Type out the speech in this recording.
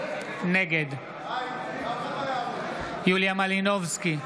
נגד יוליה מלינובסקי,